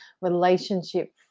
relationship